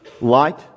light